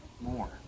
more